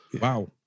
wow